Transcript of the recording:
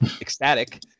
ecstatic